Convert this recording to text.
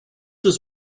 was